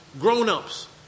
Grown-ups